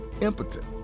impotent